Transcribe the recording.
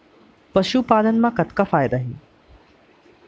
पशुपालन मा कतना फायदा हे?